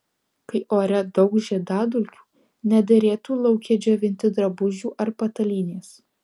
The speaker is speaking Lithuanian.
kai ore daug žiedadulkių nederėtų lauke džiovinti drabužių ar patalynės